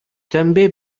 també